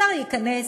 השר ייכנס,